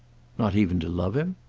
not even to love him?